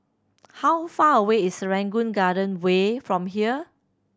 how far away is Serangoon Garden Way from here